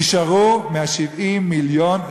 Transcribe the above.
נשארו מ-70 המיליון,